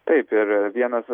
taip ir vienas